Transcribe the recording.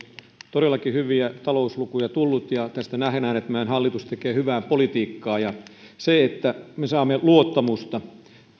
todellakin hyviä talouslukuja on tullut ja tästä nähdään että meidän hallitus tekee hyvää politiikkaa ja että me saamme luottamusta